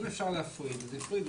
אם אפשר להפריד, אז נפריד.